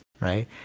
right